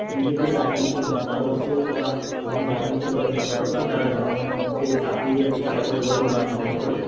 নিজেদের রাজনৈতিক মতাদর্শই বা বিভিন্ন রাজনৈতিক দলের মতাদর্শই তারা জনগনের মধ্যে চাপিয়ে দেওয়ার চেষ্টা করে বলেই মানুষ মনে করে